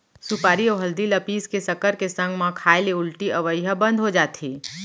सुपारी अउ हरदी ल पीस के सक्कर के संग म खाए ले उल्टी अवई ह बंद हो जाथे